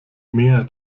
mehr